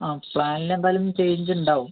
ആ പ്ലാനിൽ എന്തായാലും ചേഞ്ച് ഉണ്ടാവും